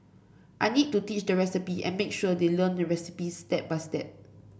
I need to teach the recipe and make sure they learn the recipes step by step